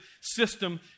system